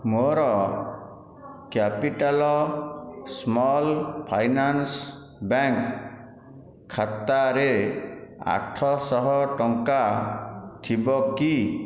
ମୋର Capital Small Finance Bank ଖାତାରେ ଆଠଶହ ଟଙ୍କା ଥିବ କି